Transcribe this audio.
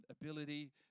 ability